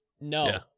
no